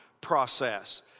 process